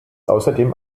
außerdem